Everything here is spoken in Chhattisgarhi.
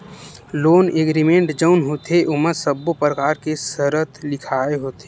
लोन एग्रीमेंट जउन होथे ओमा सब्बो परकार के सरत लिखाय होथे